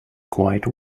quite